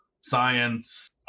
Science